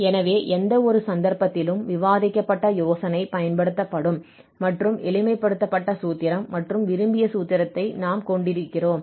எனவே எந்தவொரு சந்தர்ப்பத்திலும் விவாதிக்கப்பட்ட யோசனை பயன்படுத்தப்படும் மற்றும் எளிமைப்படுத்தப்பட்ட சூத்திரம் மற்றும் விரும்பிய சூத்திரத்தை நாம் கொண்டிருக்கிறோம்